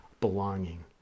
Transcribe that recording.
belonging